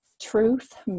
truth